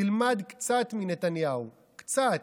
תלמד קצת מנתניהו, קצת.